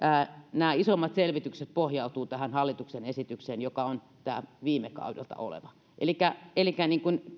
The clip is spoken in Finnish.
nämä isoimmat selvitykset pohjautuvat tähän hallituksen esitykseen joka on tämä viime kaudelta oleva elikkä elikkä